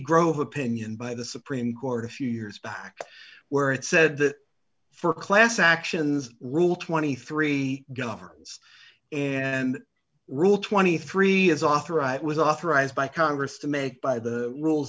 grove opinion by the supreme court a few years back where it said that for class actions rule twenty three governance and rule twenty three is authorized it was authorized by congress to make by the rules